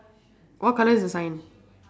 what colour is the sign